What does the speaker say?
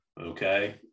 okay